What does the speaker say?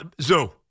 Zoo